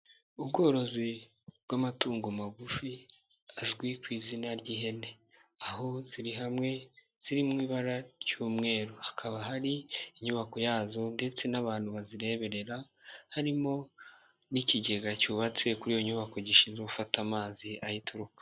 Ubworozi bw'amatungo magufi azwi ku izina ry'ihene. Aho ziri hamwe, ziri mu ibara ry'umweru. Hakaba hari inyubako yazo ndetse n'abantu bazireberera, harimo n'ikigega cyubatse kuri iyo nyubako gishinzwe gufata amazi ayituruka.